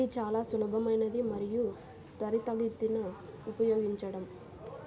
ఇది చాలా సులభమైనది మరియు త్వరితగతిన ఉపయోగించడం